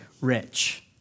rich